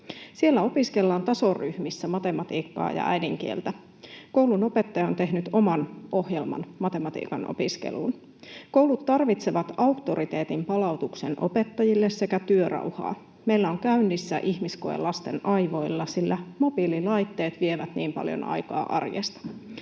Siellä opiskellaan tasoryhmissä matematiikkaa ja äidinkieltä. Koulun opettaja on tehnyt oman ohjelman matematiikan opiskeluun. Koulut tarvitsevat auktoriteetin palautuksen opettajille sekä työrauhaa. Meillä on käynnissä ihmiskoe lasten aivoilla, sillä mobiililaitteet vievät niin paljon aikaa arjesta.